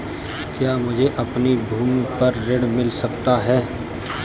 क्या मुझे अपनी भूमि पर ऋण मिल सकता है?